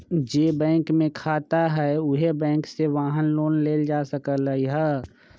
जे बैंक में खाता हए उहे बैंक से वाहन लोन लेल जा सकलई ह